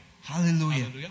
Hallelujah